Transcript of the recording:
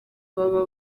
baba